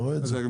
אתה רואה את זה.